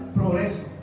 progreso